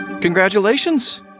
Congratulations